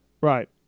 right